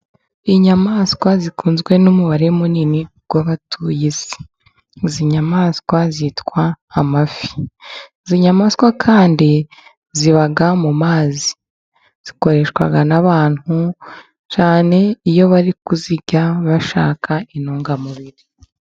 Inyamaswa zikunzwe n'umubare munini w'abatuye isi, ni inyamaswa zitwa amafi, izi nyamaswa kandi ziba mu mazi, zikoreshwa n'abantu cyane, iyo bari kuzirya bashaka intungamubiri.